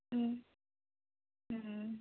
ꯎꯝ ꯎꯝ